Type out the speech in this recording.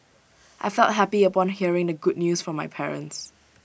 I felt happy upon hearing the good news from my parents